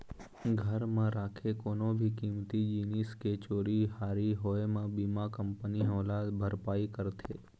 घर म राखे कोनो भी कीमती जिनिस के चोरी हारी होए म बीमा कंपनी ह ओला भरपाई करथे